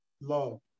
love